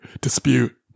dispute